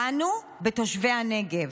בנו, בתושבי הנגב.